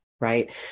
Right